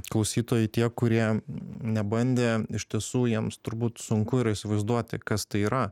klausytojai tie kurie nebandė iš tiesų jiems turbūt sunku ir įsivaizduoti kas tai yra